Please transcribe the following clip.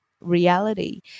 reality